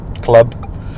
club